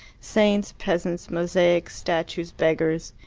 saints, peasants, mosaics, statues, beggars.